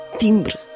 timbre